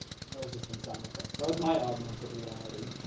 and was just some sound effects, that was my augmented reality.